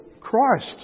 Christ